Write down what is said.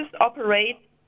operate